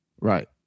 Right